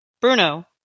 Bruno